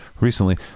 recently